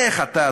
איך אתה,